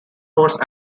horse